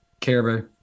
Caribou